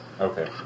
Okay